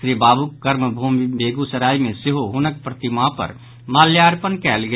श्री बाबूक कर्म भूमि बेगूसराय मे सेहो हुनक प्रतिमा पर माल्यार्पण कयल गेल